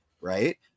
right